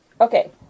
Okay